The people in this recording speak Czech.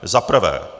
Za prvé.